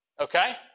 Okay